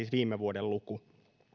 viime vuoden luku